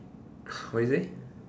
what you say